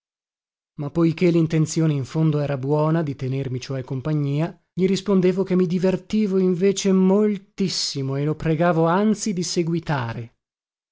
ma poiché lintenzione in fondo era buona di tenermi cioè compagnia gli rispondevo che mi divertivo invece moltissimo e lo pregavo anzi di seguitare